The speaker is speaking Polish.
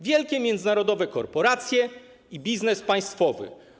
Wielkie międzynarodowe korporacje i biznes państwowy.